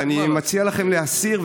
ואני מציע לכם להסיר,